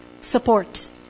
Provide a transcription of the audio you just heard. support